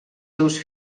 seus